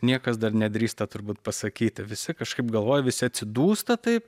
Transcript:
niekas dar nedrįsta turbūt pasakyti visi kažkaip galvoja visi atsidūsta taip